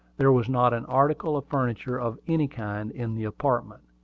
there was not an article of furniture of any kind in the apartment.